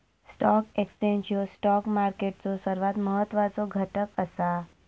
stock exchange ह्यो stock मार्केटचो सर्वात महत्वाचो घटक असा